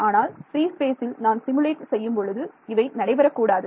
ஆனால் ஃப்ரீ ஸ்பேசில் நான் சிமுலேட் செய்யும் பொழுது இவை நடைபெற கூடாது